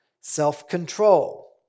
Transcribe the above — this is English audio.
Self-control